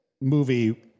movie